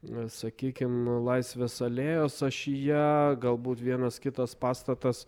na sakykim laisvės alėjos ašyje galbūt vienas kitas pastatas